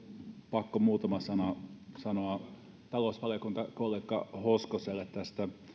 pakko muutama sana sanoa talousvaliokuntakollega hoskoselle tästä